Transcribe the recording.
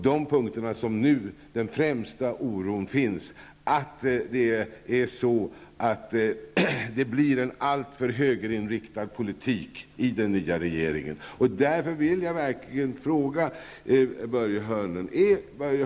Det som främst oroar är att den nya regeringen kommer att föra en alltför högerinriktad politik.